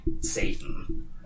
Satan